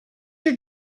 your